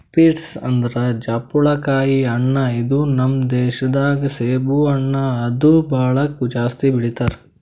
pears ಅಂದುರ್ ಜಾಪುಳಕಾಯಿ ಹಣ್ಣ ಇದು ನಮ್ ದೇಶ ದಾಗ್ ಸೇಬು ಹಣ್ಣ ಆದ್ ಬಳಕ್ ಜಾಸ್ತಿ ಬೆಳಿತಾರ್